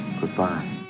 Goodbye